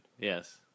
Yes